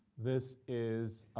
this is